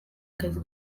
akazi